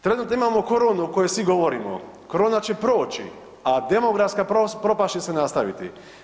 Trenutno imamo koronu o kojoj svi govorimo, korona će proći, a demografska propast će se nastaviti.